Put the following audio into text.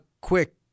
quick